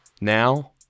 Now